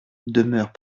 demeurent